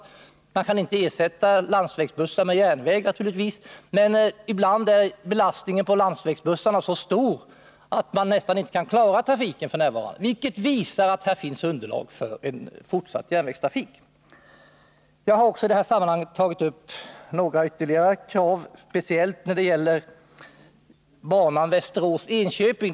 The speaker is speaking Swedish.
Givetvis kan man inte ersätta landsvägstrafik med järnvägstrafik, men f.n. är belastningen på landsvägsbussarna ibland så stor att man nästan inte kan klara trafiken. Detta visar att här finns underlag för en fortsatt järnvägstrafik. I det här sammanhanget har jag också tagit upp några ytterligare krav, speciellt när det gäller banan Västerås-Enköping.